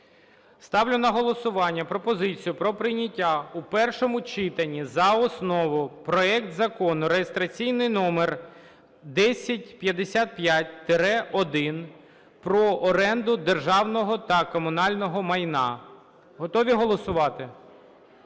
Ставлю на голосування пропозицію про прийняття у першому читанні за основу проект Закону (реєстраційний номер 1055-1) про оренду державного та комунального майна. Готові голосувати?